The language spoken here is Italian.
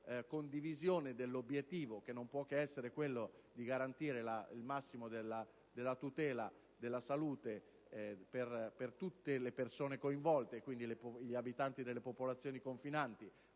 condivisione dell'obiettivo, che non può che essere quello di garantire il massimo della tutela della salute per tutte le persone coinvolte, vale a dire gli abitanti che vivono nelle zone confinanti